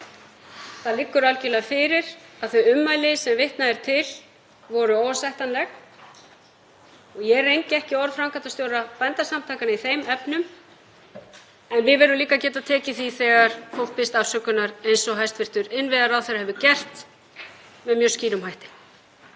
Það liggur algerlega fyrir að þau ummæli sem vitnað er til voru óásættanleg. Ég rengi ekki orð framkvæmdastjóra Bændasamtakanna í þeim efnum en við verðum líka að geta tekið því þegar fólk biðst afsökunar eins og hæstv. innviðaráðherra hefur gert með mjög skýrum hætti.